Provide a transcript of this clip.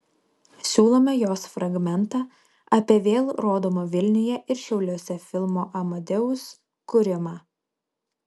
siūlome jos fragmentą apie vėl rodomo vilniuje ir šiauliuose filmo amadeus kūrimą